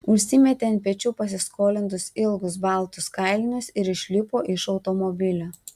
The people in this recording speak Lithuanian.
užsimetė ant pečių pasiskolintus ilgus baltus kailinius ir išlipo iš automobilio